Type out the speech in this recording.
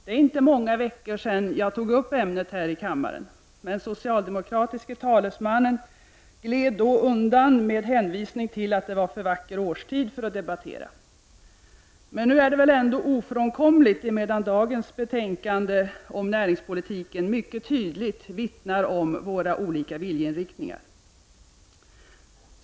Det är inte många veckor sedan jag tog upp ämnet här i kammaren, men den socialdemokratiske talesmannen gled då undan med hänvisning till att det var för vacker årstid att debattera. Nu är det väl ändå ofrånkomligt, emedan dagens betänkande om näringspolitiken mycket tydligt vittnar om våra olika viljeinriktningar.